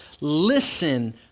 Listen